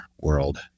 world